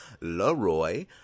Leroy